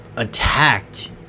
attacked